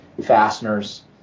fasteners